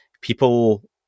people